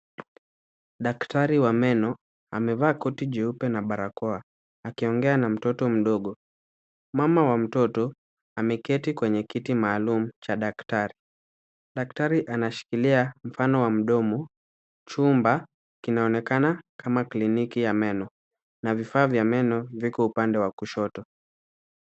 Daktari wa meno amevaa koti jeupe na barakoa akiongea na mtoto mdogo. Mama wa mtoto ameketi kwenye kiti maalum cha daktari. Daktari anashikilia mfano wa mdomo. Chumba kinaonekana kama kliniki ya meno na vifaa vya meno viko upande wa kushoto.